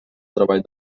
treball